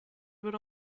were